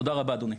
תודה רבה אדוני.